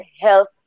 health